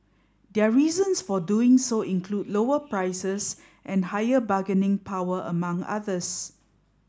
their reasons for doing so include lower prices and higher bargaining power among others